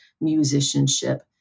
musicianship